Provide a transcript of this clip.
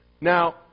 now